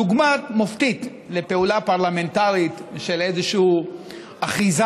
דוגמה מופתית לפעולה פרלמנטרית של איזושהי אחיזה